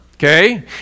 Okay